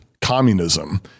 communism